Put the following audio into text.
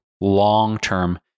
long-term